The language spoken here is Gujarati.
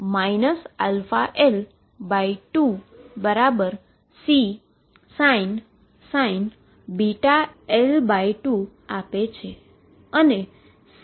જે A e αL2Csin βL2 આપે છે